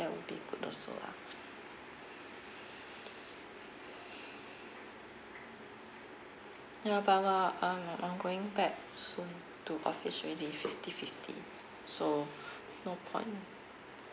that would be good also lah ya but but I'm I'm going back soon to office already fifty fifty so no point